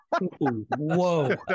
Whoa